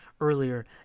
earlier